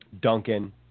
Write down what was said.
Duncan